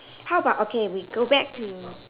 how about okay we go back to